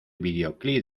videoclip